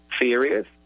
serious